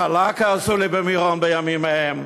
"חלאקה" עשו לי במירון בימים ההם,